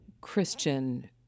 Christian